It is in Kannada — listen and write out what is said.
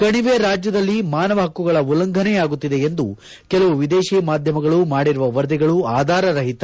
ಕಣಿವೆ ರಾಜ್ಯದಲ್ಲಿ ಮಾನವಹಕ್ಕುಗಳ ಉಲ್ಲಂಘನೆಯಾಗುತ್ತಿದೆ ಎಂದು ಕೆಲವು ವಿದೇಶಿ ಮಾಧ್ಯಮಗಳು ಮಾಡಿರುವ ವರದಿಗಳು ಆಧಾರ ರಹಿತ